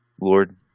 Lord